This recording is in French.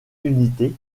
unité